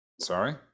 Sorry